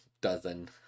Dozen